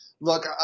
Look